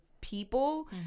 people